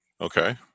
Okay